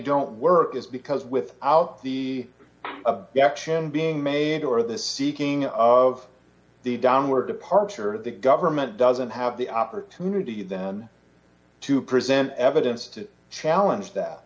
don't work is because with out the action being made or the seeking of the downward departure the government doesn't have the opportunity then to present evidence to challenge that